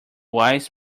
wise